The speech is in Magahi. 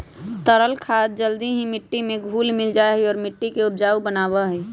तरल खाद जल्दी ही मिट्टी में घुल मिल जाहई और मिट्टी के उपजाऊ बनावा हई